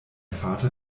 vater